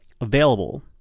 available